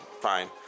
fine